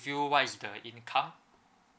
you what is the income